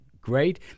great